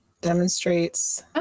demonstrates